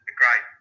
great